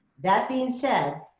that being said,